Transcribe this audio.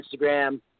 Instagram